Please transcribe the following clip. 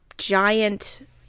giant